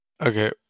Okay